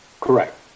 Correct